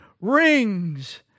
rings